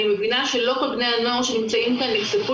אני מבינה שלא כל בני הנוער שנמצאים כאן נחשפו